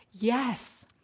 Yes